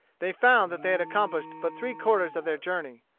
they found that they had accomplished but three-quarters of their journey.